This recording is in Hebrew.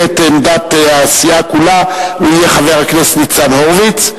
את עמדת הסיעה כולה יהיה חבר הכנסת ניצן הורוביץ.